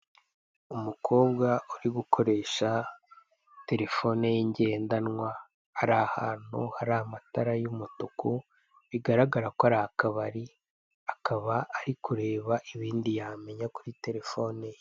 Umukobwa uri gukoresha telefone ye ngendanwa arahantu hari amatara y'umutuku bigaragara ko ari akabari akaba ari kureba ibindi yamenya kuri telefone ye.